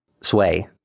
sway